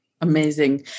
Amazing